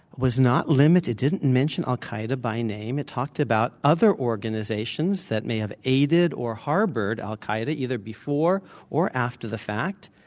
was not limited, didn't mention al qaeda by name. it talked about other organizations that may have aided or harbored al qaeda, either before or after the fact.